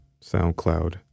SoundCloud